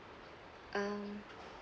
um